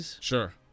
Sure